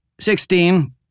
Sixteen